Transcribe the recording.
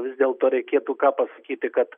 vis dėlto reikėtų ką pasakyti kad